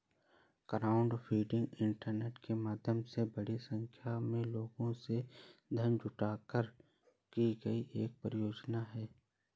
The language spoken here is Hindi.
क्राउडफंडिंग इंटरनेट के माध्यम से बड़ी संख्या में लोगों से धन जुटाकर की गई एक परियोजना है